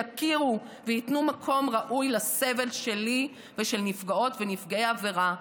יכירו וייתנו מקום ראוי לסבל שלי ושל נפגעות ונפגעי עבירה,